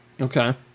Okay